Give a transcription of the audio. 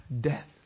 death